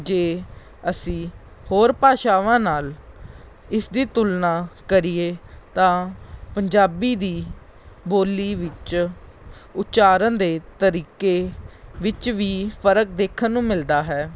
ਜੇ ਅਸੀਂ ਹੋਰ ਭਾਸ਼ਾਵਾਂ ਨਾਲ ਇਸ ਦੀ ਤੁਲਨਾ ਕਰੀਏ ਤਾਂ ਪੰਜਾਬੀ ਦੀ ਬੋਲੀ ਵਿੱਚ ਉਚਾਰਨ ਦੇ ਤਰੀਕੇ ਵਿੱਚ ਵੀ ਫਰਕ ਦੇਖਣ ਨੂੰ ਮਿਲਦਾ ਹੈ